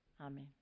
amen